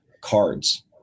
cards